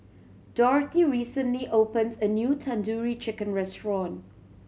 Dorthy recently opened a new Tandoori Chicken Restaurant